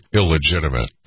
illegitimate